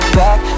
back